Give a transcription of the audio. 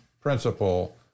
principle